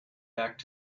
back